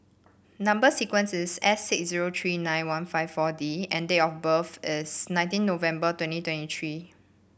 number sequence is S six zero three nine one five four D and date of birth is nineteen November twenty twenty three